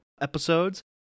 episodes